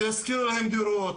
תשכירו להם דירות,